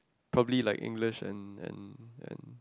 probably like English and and and